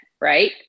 right